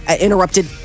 interrupted